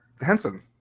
Henson